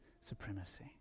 supremacy